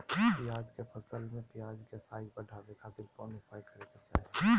प्याज के फसल में प्याज के साइज बढ़ावे खातिर कौन उपाय करे के चाही?